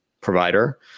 provider